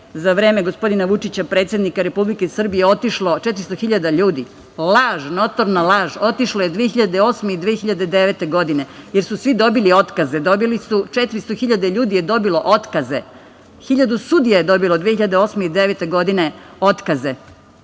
za vreme gospodina Vučića, predsednika Republike Srbije, otišlo 400.000 ljudi. Laž, notorna laž, otišlo je 2008. i 2009. godine, jer su svi dobili otkaze, 400.000 ljudi je dobilo otkaze, 1.000 sudije je dobilo 2008. i 2009. godine otkaze.